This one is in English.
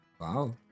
wow